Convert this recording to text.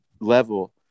level